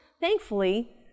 thankfully